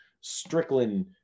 strickland